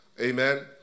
Amen